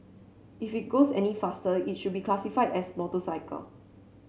if it goes any faster it should be classified as motorcycle